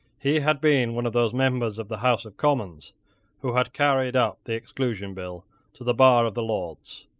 he had been one of those members of the house of commons who had carried up the exclusion bill to the bar of the lords.